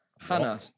Hannah